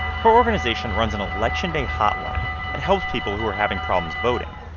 her organization runs an election day hotline that helps people who are having problems voting.